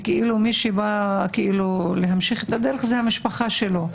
ומי שבא להמשיך את הדרך זו המשפחה שלו,